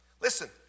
Listen